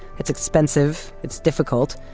it's expensive, it's difficult,